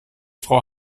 frau